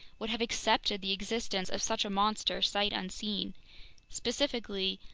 would have accepted the existence of such a monster sight unseen specifically,